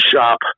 shop